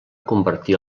convertir